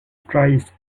sprays